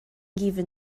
given